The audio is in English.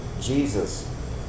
Jesus